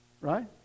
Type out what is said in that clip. Right